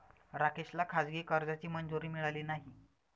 राकेशला खाजगी कर्जाची मंजुरी मिळाली नाही